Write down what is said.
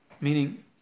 meaning